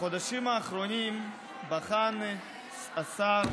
בחודשים האחרונים בחן השר,